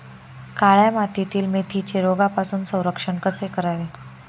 काळ्या मातीतील मेथीचे रोगापासून संरक्षण कसे करावे?